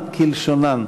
ראשונה.